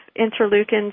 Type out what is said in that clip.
interleukins